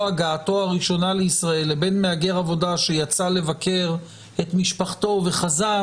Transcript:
הגעתו הראשונה לישראל לבין מהגר עבודה שיצא לבקר את משפחתו וחזר